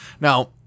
Now